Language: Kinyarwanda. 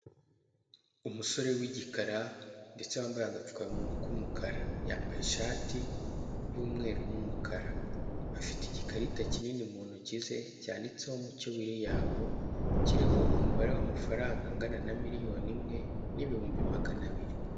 Umusore w'igikara ndetse wambaye agapfukamunwa k'umukara. Yambaye ishati y'umweru n'umukara. Afite igikarita kinini mu ntoki ze, cyanditseho Mucyo William, kiriho umubare w'amafaranga angana na miliyoni imwe n'ibihumbi magana abiri.